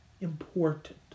Important